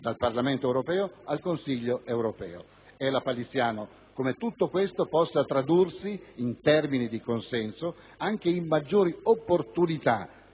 dal Parlamento europeo al Consiglio europeo. È lapalissiano come tutto questo possa tradursi, in termini di consenso, anche in maggiori opportunità